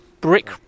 brick